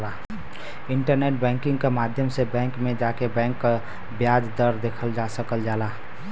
internet banking क माध्यम से बैंक में जाके बैंक क ब्याज दर देखल जा सकल जाला